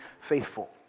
faithful